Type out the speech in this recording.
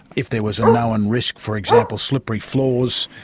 if there was a known risk, for example slippery floors,